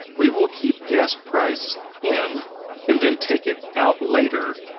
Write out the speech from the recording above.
we will keep gas price in and then take it out later,